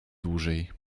dłużej